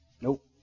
Nope